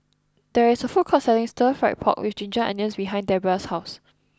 there is a food court selling Stir Fried Pork with Ginger Onions behind Debbra's house